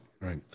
right